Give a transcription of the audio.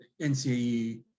NCAE